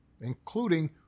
including